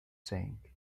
saying